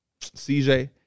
CJ